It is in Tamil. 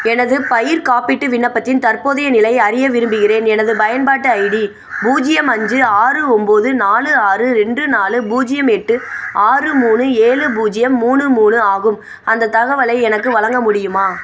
எனது பயிர் காப்பீட்டு விண்ணப்பத்தின் தற்போதைய நிலையை அறிய விரும்புகிறேன் எனது பயன்பாட்டு ஐடி பூஜ்ஜியம் அஞ்சு ஆறு ஒம்போது நாலு ஆறு ரெண்டு நாலு பூஜ்ஜியம் எட்டு ஆறு மூணு ஏழு பூஜ்ஜியம் மூணு மூணு ஆகும் அந்த தகவலை எனக்கு வழங்க முடியுமா